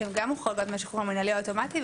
שהן גם מוחרגות מהשחרור המינהלי האוטומטי,